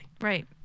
Right